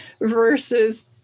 versus